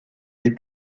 des